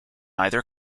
either